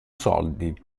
soldi